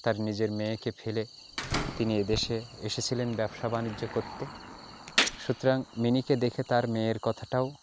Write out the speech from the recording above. তার নিজের মেয়েকে ফেলে তিনি এ দেশে এসেছিলেন ব্যবসা বাণিজ্য করতে সুতরাং মিনিকে দেখে তার মেয়ের কথাটাও